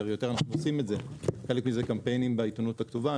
אנחנו עושים קמפיינים בעיתונות הכתובה.